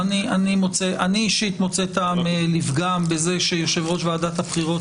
שאני אישית מוצא טעם לפגם בזה שיושב-ראש ועדת הבחירות,